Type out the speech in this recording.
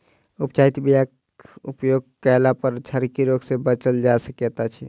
उपचारित बीयाक उपयोग कयलापर झरकी रोग सँ बचल जा सकैत अछि